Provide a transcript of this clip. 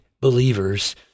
believers